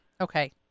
okay